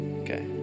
okay